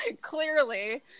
clearly